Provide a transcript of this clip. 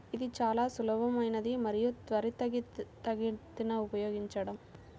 ఇది చాలా సులభమైనది మరియు త్వరితగతిన ఉపయోగించడం